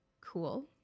cool